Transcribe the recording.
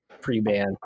pre-ban